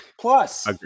Plus